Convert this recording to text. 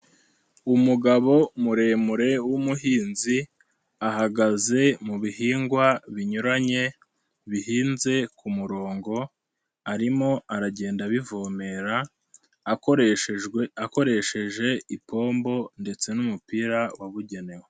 Umugabo muremure w'umuhinzi, ahagaze mu bihingwa binyuranye, bihinze ku murongo, arimo aragenda abivomerera, akoresheje ipombo ndetse n'umupira wabugenewe.